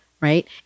right